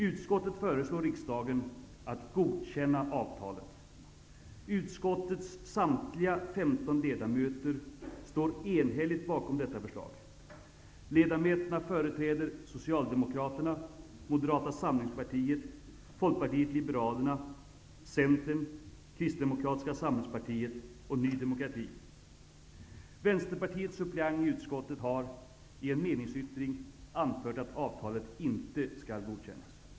Utskottet föreslår riksdagen att godkänna avtalet. Utskottets samtliga 15 ledamöter står enhälligt bakom detta förslag. Ledamöterna företräder Kristdemokratiska samhällspartiet och Ny demokrati. Vänsterpartiets suppleant i utskottet har i en meningsyttring anfört att avtalet inte skall godkännas.